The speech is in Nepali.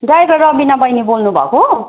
ड्राईभर रबिना बहिनी बोल्नु भएको